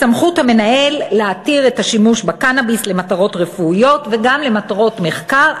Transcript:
בסמכות המנהל להתיר את השימוש בקנאביס למטרות רפואיות וגם למטרות מחקר,